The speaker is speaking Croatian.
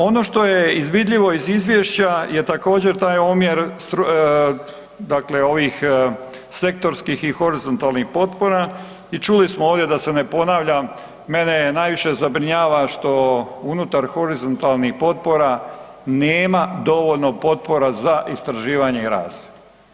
Ono što je vidljivo iz izvješća je također taj omjer dakle ovih sektorskih i horizontalnih potpora i čuli smo ovdje da se ne ponavljam mene najviše zabrinjava što unutar horizontalnih potpora nema dovoljno potpora za istraživanje i razvoj.